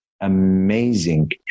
amazing